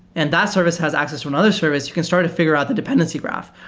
and that service has access to another service, you can start to figure out the dependency graph.